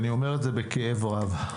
אני אומר את זה בכאב רב.